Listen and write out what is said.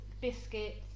biscuits